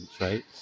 right